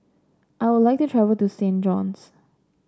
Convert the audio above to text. I would like to travel to Saint John's